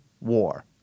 war